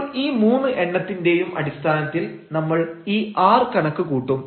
അപ്പോൾ ഈ മൂന്ന് എണ്ണത്തിന്റെയും അടിസ്ഥാനത്തിൽ നമ്മൾ ഈ r കണക്ക് കൂട്ടും